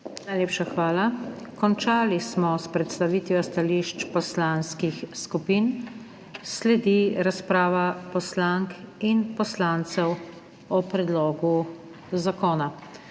Najlepša hvala. Končali smo s predstavitvijo stališč poslanskih skupin. Sledi razprava poslank in poslancev o predlogu zakona,